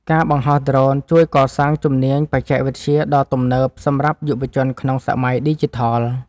ការបង្ហោះដ្រូនជួយកសាងជំនាញបច្ចេកវិទ្យាដ៏ទំនើបសម្រាប់យុវជនក្នុងសម័យឌីជីថល។